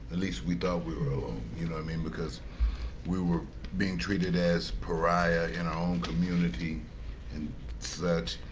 at least we thought we were alone, you know what i mean because we were being treated as pariah in our own community and such.